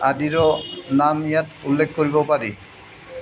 আদিৰ নাম ইয়াত উল্লেখ কৰিব পাৰি